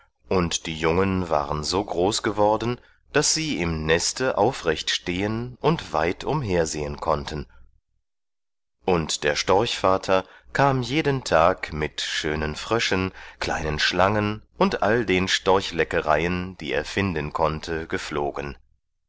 und die jungen waren so groß geworden daß sie im neste aufrecht stehen und weit umhersehen konnten und der storchvater kam jeden tag mit schönen fröschen kleinen schlangen und all den storchleckereien die er finden konnte geflogen